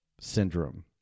syndrome